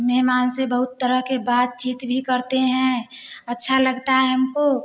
मेहमान से बहुत तरह के बातचीत भी करते हैं अच्छा लगता है हमको